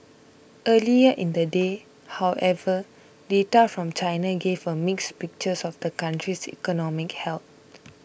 earlier in the day however data from China gave a mixed picture of the country's economic health